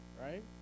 right